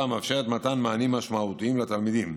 מאפשרת מתן מענים משמעותיים לתלמידים,